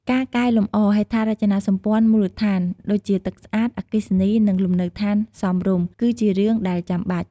ការកែលម្អ ហេដ្ឋារចនាសម្ព័ន្ធមូលដ្ឋាន ដូចជាទឹកស្អាត អគ្គិសនី និងលំនៅឋានសមរម្យ គឺជារឿងដែលចាំបាច់។